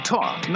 Talk